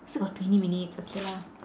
still got twenty minutes okay lah